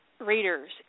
readers